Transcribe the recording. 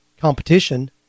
competition